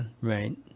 right